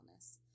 wellness